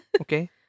okay